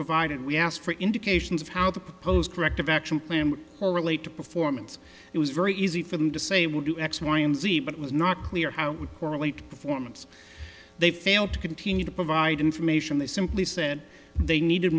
provided we asked for indications of how the proposed corrective action plan or relate to performance it was very easy for them to say we'll do x y and z but it was not clear how would correlate performance they failed to continue to provide information they simply said they needed